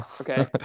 Okay